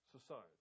society